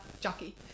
jockey